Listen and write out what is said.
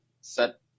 set